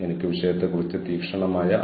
അതിനാൽ അത് മെച്ചപ്പെടുത്തൽ തന്ത്രമാണ്